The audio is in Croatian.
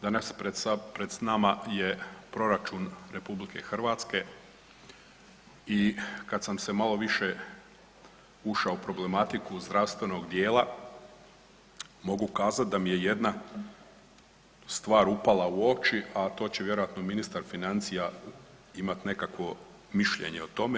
Danas pred nama je Proračun RH i kad sam se malo više ušao u problematiku zdravstvenog dijela mogu kazat da mi je jedna stvar upala u oči, a to će vjerojatno ministar financija imat nekakvo mišljenje o tome.